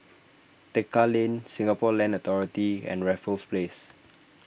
Tekka Lane Singapore Land Authority and Raffles Place